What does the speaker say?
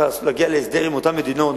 צריך להגיע להסדר עם אותן מדינות.